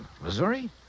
Missouri